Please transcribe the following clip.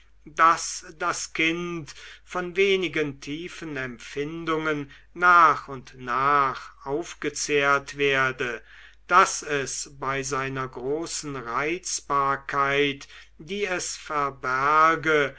daß das kind von wenigen tiefen empfindungen nach und nach aufgezehrt werde daß es bei seiner großen reizbarkeit die es verberge